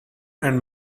and